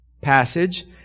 passage